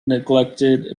neglected